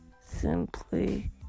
simply